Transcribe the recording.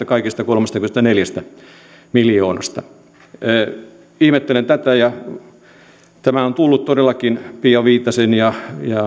kaikesta kolmestakymmenestäneljästä miljoonasta ihmettelen tätä ja tämä on tullut todellakin pia viitasen ja